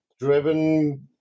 driven